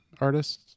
artists